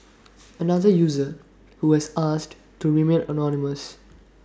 another user who has asked to remain anonymous